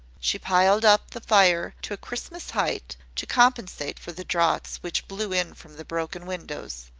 she piled up the fire to a christmas height, to compensate for the draughts which blew in from the broken windows.